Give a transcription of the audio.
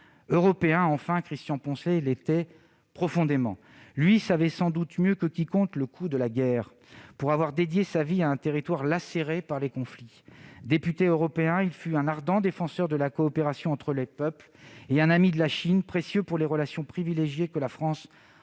Européen enfin, Christian Poncelet l'était profondément. Lui savait sans doute mieux que quiconque le coût de la guerre, pour avoir dédié sa vie à un territoire lacéré par les conflits. Député européen, il fut un ardent défenseur de la coopération entre les peuples, et un ami de la Chine, précieux pour les relations privilégiées que la France